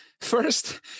first